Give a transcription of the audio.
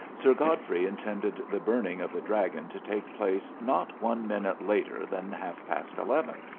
sir godfrey intended the burning of the dragon to take place not one minute later than half-past eleven.